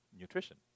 nutrition